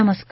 नमस्कार